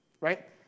right